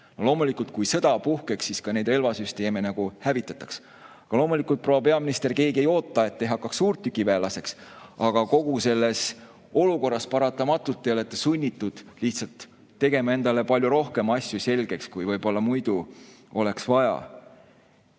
Loomulikult, kui sõda puhkeks, siis ka neid relvasüsteeme hävitataks. Loomulikult, proua peaminister, keegi ei oota, et te hakkaks suurtükiväelaseks. Aga kogu selles olukorras te paratamatult olete sunnitud tegema endale palju rohkem asju selgeks, kui võib-olla muidu oleks vaja.